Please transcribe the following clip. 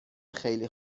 خیلی